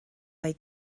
they